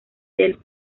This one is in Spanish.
del